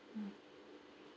mm